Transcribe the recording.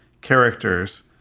characters